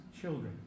children